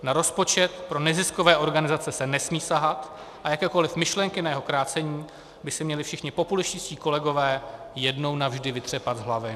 Na rozpočet pro neziskové organizace se nesmí sahat a jakékoli myšlenky na jeho krácení by si měli všichni populističtí kolegové jednou navždy vytřepat z hlavy.